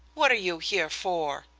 what are you here for?